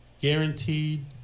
guaranteed